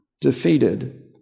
defeated